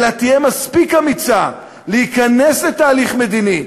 אלא תהיה מספיק אמיצה להיכנס לתהליך מדיני,